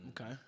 okay